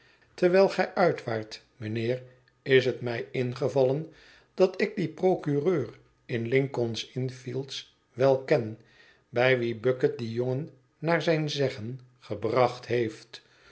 terwijl gij uit waart mijnheer is het mij ingevallen dat ik dien procureur in lincoln's inn fields wel ken bij wien bucket dien jongen naar zijn zeggen gebracht heeft